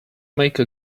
make